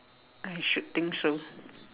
I should think so